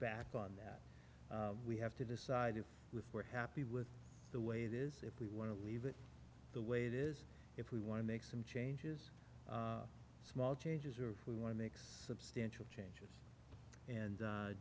back on that we have to decide if with we're happy with the way it is if we want to leave it the way it is if we want to make some changes small changes or we want to mix substantial change and